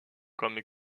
comme